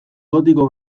gotiko